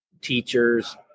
teachers